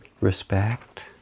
respect